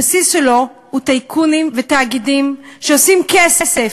הבסיס שלו הוא טייקונים ותאגידים שעושים כסף